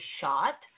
shot